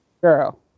girl